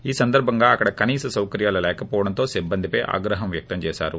ఈ సందర్బంగా అక్కడ కనీస సౌకర్యాలు లేకపోవడంతో సిబ్బందిపై ఆయన ఆగ్రహం వ్యక్తం చేశారు